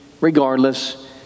Regardless